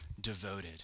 devoted